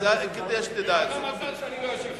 אתה לא מבין את זה?